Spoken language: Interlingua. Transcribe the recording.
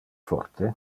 forte